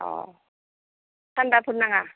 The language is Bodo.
अ थान्डाफोर नाङा